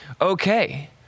okay